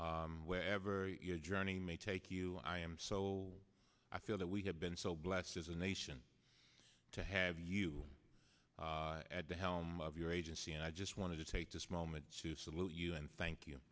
wherever your journey may take you i am so i feel that we have been so blessed as a nation to have you at the helm of your agency and i just want to take this moment to salute you and thank you